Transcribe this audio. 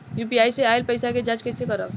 UPI से आइल पईसा के जाँच कइसे करब?